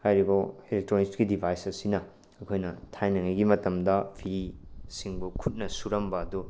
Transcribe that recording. ꯍꯥꯏꯔꯤꯕ ꯑꯦꯂꯦꯛꯇ꯭ꯔꯣꯅꯤꯛꯁꯀꯤ ꯗꯤꯚꯥꯏꯁ ꯑꯁꯤꯅ ꯑꯩꯈꯣꯏꯅ ꯊꯥꯏꯅꯉꯩꯒꯤ ꯃꯇꯝꯗ ꯐꯤꯁꯤꯡꯕꯨ ꯈꯨꯠꯅ ꯁꯨꯔꯝꯕ ꯑꯗꯨ